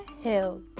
hill